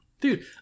Dude